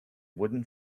wooden